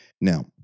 Now